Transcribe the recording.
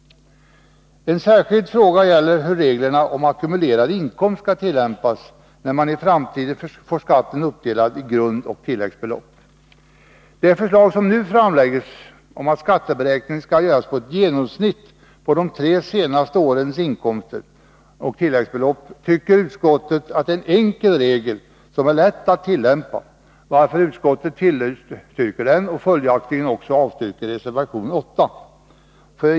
En särskild fråga gäller hur reglerna om ackumulerad inkomst skall tillämpas, när man i framtiden får skatten uppdelad i ett grundbelopp och ett tilläggsbelopp. Det förslag som nu framläggs om att skatteberäkningen skall göras på ett genomsnitt av de tre senaste årens inkomster och tilläggsbelopp tycker utskottet är en enkel regel, som är lätt att tillämpa, varför utskottet tillstyrker den och följaktligen också avstyrker reservation 8.